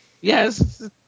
Yes